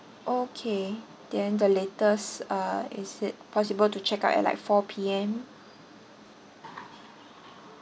okay then the latest uh is it possible to check out at like four P_M